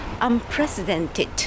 unprecedented